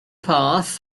path